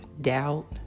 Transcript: doubt